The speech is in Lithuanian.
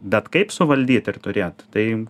bet kaip suvaldyt ir turėt tai